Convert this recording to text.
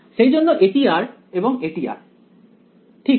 সেই জন্য এটি r এবং এটি r ঠিক আছে